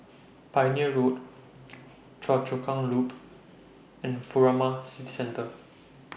Pioneer Road Choa Chu Kang Loop and Furama City Centre